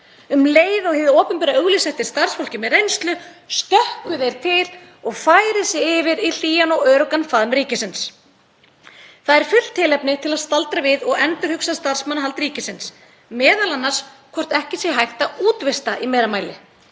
Um leið og hið opinbera auglýsi eftir starfsfólki með reynslu stökkvi þeir til og færi sig yfir í hlýjan og öruggan faðm ríkisins. Það er fullt tilefni til að staldra við og endurhugsa starfsmannahald ríkisins, m.a. hvort ekki sé hægt að útvista í meira mæli.